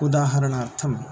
उदाहरणार्थं